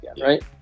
Right